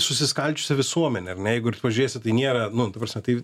susiskaldžiusią visuomenę ar ne jeigu pažiūrėsi tai nėra nu ta prasme tai